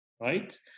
right